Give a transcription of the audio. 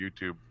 YouTube